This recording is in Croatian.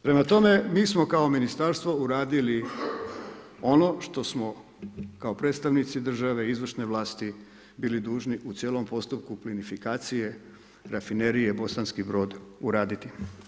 Prema tome mi smo kao ministarstvo uradili ono što smo kao predstavnici države, izvršne vlasti bili dužni u cijelom postupku plinifikacije rafinerije Bosanski Brod uraditi.